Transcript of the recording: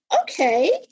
okay